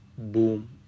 boom